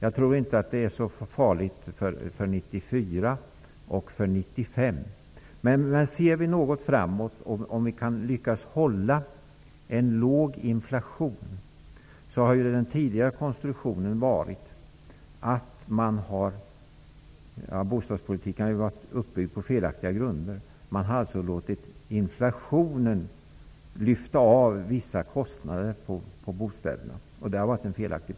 Situationen är nog inte så allvarlig under åren 1994 och 1995. Men den tidigare bostadspolitiken har varit uppbyggd på felaktiga grunder, och man har låtit inflationen reglera vissa kostnader för bostäderna. Den politiken är felaktig.